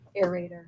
Aerator